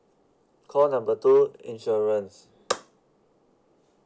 call number two insurance